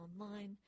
online